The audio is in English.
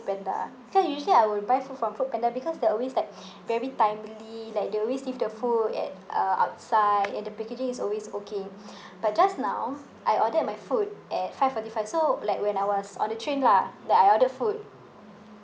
foodpanda usually I will buy from from foodpanda because they always like very timely like they always leave the food at uh outside and the packaging is always okay but just now I ordered my food at five forty five so like when I was on the train lah that I order food